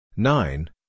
Nine